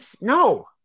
No